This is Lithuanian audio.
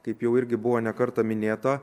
kaip jau irgi buvo ne kartą minėta